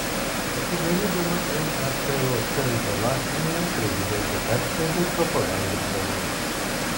atidarydama nato centrą latvijoje prezidentė perspėjo dėl propagandos pavojaus